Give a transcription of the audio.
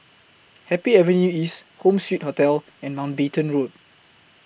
Happy Avenue East Home Suite Hotel and Mountbatten Road